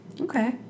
okay